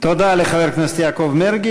תודה לחבר הכנסת יעקב מרגי.